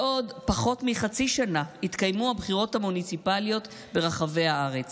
בעוד פחות מחצי שנה יתקיימו הבחירות המוניציפליות ברחבי הארץ.